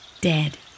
Dead